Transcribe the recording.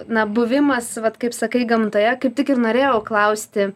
na buvimas vat kaip sakai gamtoje kaip tik ir norėjau klausti